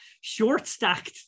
short-stacked